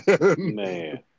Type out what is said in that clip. Man